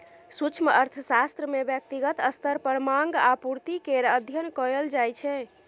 सूक्ष्म अर्थशास्त्र मे ब्यक्तिगत स्तर पर माँग आ पुर्ति केर अध्ययन कएल जाइ छै